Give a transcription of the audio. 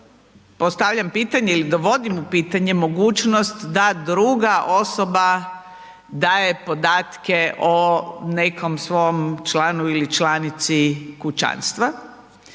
postavljam pitanje ili dovodim u pitanje mogućnost da druga osoba daje podatke o nekom svom članu ili članici kućanstva